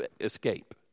escape